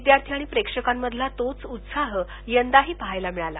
विद्यार्थी आणि प्रेक्षकांमधला तोच उत्साह यंदाही पाहायला मिळाला